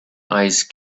ice